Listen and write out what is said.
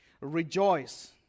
Rejoice